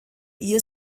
ihr